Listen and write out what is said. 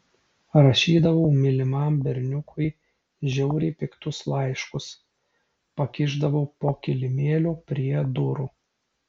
rašydavau mylimam berniukui žiauriai piktus laiškus pakišdavau po kilimėliu prie durų